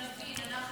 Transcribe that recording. דבר לאט, שנבין.